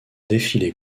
défilé